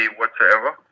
whatsoever